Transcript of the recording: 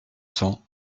cents